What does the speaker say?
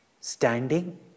Standing